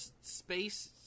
space